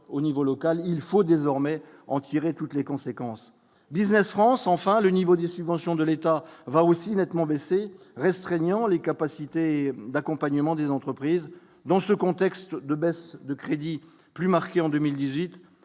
au niveau local, il faut désormais en tirer toutes les conséquences Business France enfin le niveau des subventions de l'État va aussi nettement baissé restreignant les capacités d'accompagnement des entreprises dans ce contexte de baisse de crédits plus marqué en 2018,